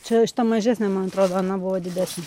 čia mažesnė man atrodo ana buvo didesnė